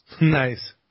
Nice